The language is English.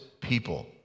people